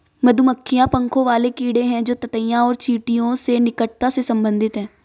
मधुमक्खियां पंखों वाले कीड़े हैं जो ततैया और चींटियों से निकटता से संबंधित हैं